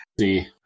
See